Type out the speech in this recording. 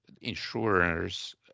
insurers